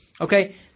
Okay